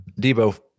Debo